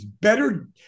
Better